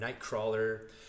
Nightcrawler